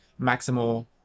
maximal